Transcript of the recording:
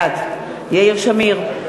בעד יאיר שמיר,